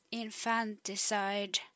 infanticide